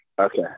Okay